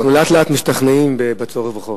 אנחנו לאט-לאט משתכנעים בצורך בחוק.